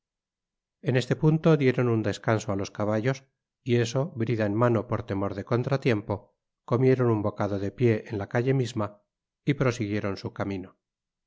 en este punto dieron un descanso á los caballos y eso brida en mano por temor de contratiempo comieron un bocado de pié en la calle misma y prosiguieron su camino